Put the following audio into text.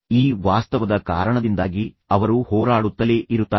ಈ ವಾಸ್ತವದ ಕಾರಣದಿಂದಾಗಿ ಅವರು ಹೋರಾಡುತ್ತಲೇ ಇರುತ್ತಾರೆ